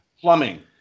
plumbing